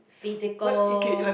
physical